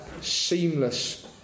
seamless